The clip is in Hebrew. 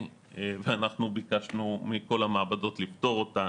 ואנחנו ביקשנו מכל המעבדות לפתור אותה.